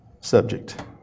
subject